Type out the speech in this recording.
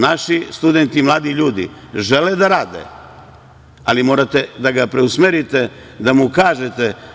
Naši studenti, mladi ljudi žele da rade, ali morate da ga preusmerite, da mu kažete.